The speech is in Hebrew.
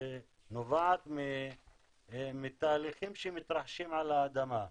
נובעת מתהליכים שמתרחשים באדמה.